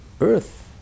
Earth